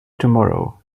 tomorrow